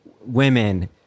women